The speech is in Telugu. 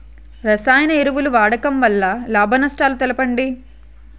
రసాయన ఎరువుల వాడకం వల్ల లాభ నష్టాలను తెలపండి?